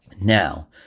Now